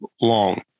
long